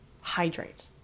hydrate